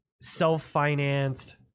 self-financed